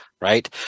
right